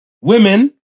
Women